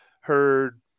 heard